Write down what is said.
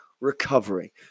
recovery